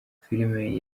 film